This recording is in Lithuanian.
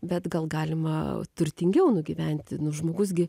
bet gal galima turtingiau nugyventi žmogus gi